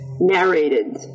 narrated